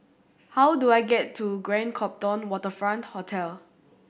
how do I get to Grand Copthorne Waterfront Hotel